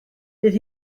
bydd